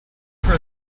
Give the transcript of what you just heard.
for